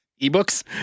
Ebooks